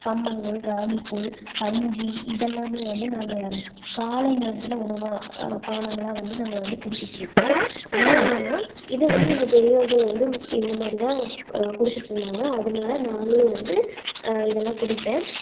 கம்மங்கூழ் ராகிகூழ் கஞ்சி இதெல்லாம் நாங்கள் காலை நேரத்தில் உணவாக பானங்களாக வந்து நாங்கள் குடிச்சுட்ருக்கோம் ஏன்னா இதை வந்து எங்கள் பெரியோர்கள் வந்து இந்த மாதிரி தான் குடிச்சுட்ருந்தாங்க அதனால நாங்களும் வந்து இதெல்லாம் குடிப்பேன்